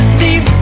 deep